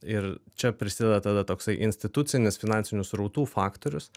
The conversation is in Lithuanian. ir čia prisideda tada toksai institucinis finansinių srautų faktorius